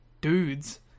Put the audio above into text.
dudes